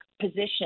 position